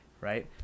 right